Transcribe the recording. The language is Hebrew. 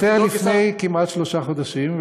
הוא התפטר לפני כמעט שלושה חודשים,